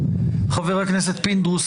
חבר הכנסת פינדרוס,